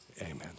amen